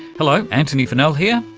hello, antony funnell here,